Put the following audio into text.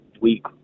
week